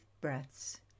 breaths